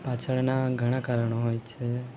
પાછળના ઘણા કારણો હોય છે